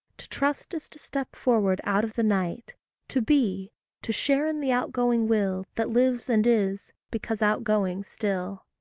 to trust is to step forward out of the night to be to share in the outgoing will that lives and is, because outgoing still.